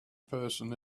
person